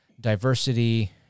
diversity